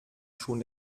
schon